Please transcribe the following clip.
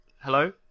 Hello